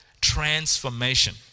Transformation